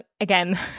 again